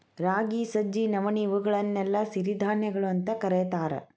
ರಾಗಿ, ಸಜ್ಜಿ, ನವಣಿ, ಇವುಗಳನ್ನೆಲ್ಲ ಸಿರಿಧಾನ್ಯಗಳು ಅಂತ ಕರೇತಾರ